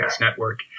network